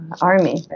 army